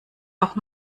auch